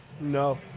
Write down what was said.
No